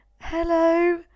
hello